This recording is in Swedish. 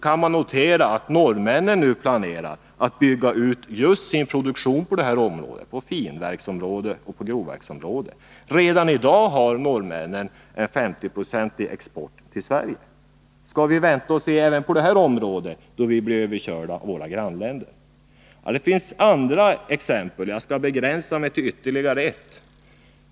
Man kan notera att norrmännen nu planerar att bygga ut just sin produktion på detta område, dvs. finverksoch grovverksområdet. Redan i dag har norrmännen en 50-procentig export till Sverige. Skall vi vänta och se även på detta område hur vi blir överkörda av våra grannländer? Det finns andra exempel, men jag skall begränsa mig till ytterligare ett.